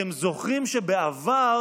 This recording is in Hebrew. אתם זוכרים שבעבר